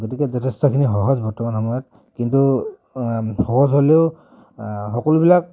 গতিকে যথেষ্টখিনি সহজ বৰ্তমান সময়ত কিন্তু সহজ হ'লেও সকলোবিলাক